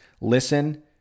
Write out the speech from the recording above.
listen